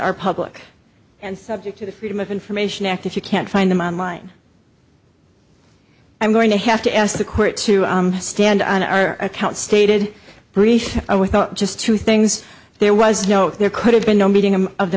are public and subject to the freedom of information act if you can't find them on line i'm going to have to ask the court to stand on our account stated brief we thought just two things there was no there could have been no meeting of of the